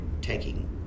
taking